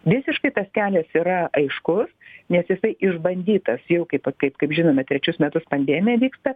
visiškai tas kelias yra aiškus nes jisai išbandytas jau kaip kaip kaip žinome trečius metus pandemija vyksta